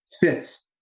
fits